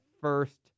first